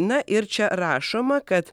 na ir čia rašoma kad